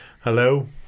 Hello